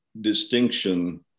distinction